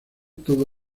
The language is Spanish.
todo